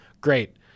great